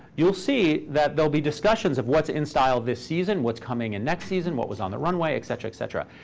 you'll see that there'll be discussions of what's in style this season, what's coming in next season, what was on the runway, et cetera, et cetera.